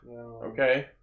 Okay